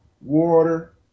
water